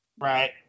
Right